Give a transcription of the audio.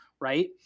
right